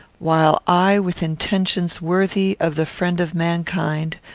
while i, with intentions worthy of the friend of mankind,